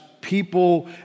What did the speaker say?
people